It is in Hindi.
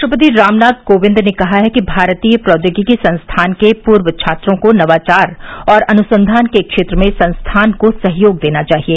राष्ट्रपति रामनाथ कोविंद ने कहा है कि भारतीय प्रौद्योगिकी संस्थान के पूर्व छात्रों को नवाचार और अनुसंघान के क्षेत्र में संस्थान को सहयोग देना चाहिए